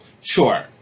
Sure